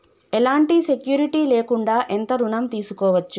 ఎలాంటి సెక్యూరిటీ లేకుండా ఎంత ఋణం తీసుకోవచ్చు?